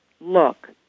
look